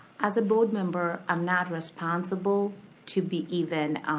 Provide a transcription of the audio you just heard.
as a board member i'm not responsible to be even